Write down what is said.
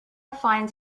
finds